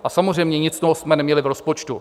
A samozřejmě nic z toho jsme neměli v rozpočtu.